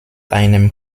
einem